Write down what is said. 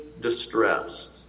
distressed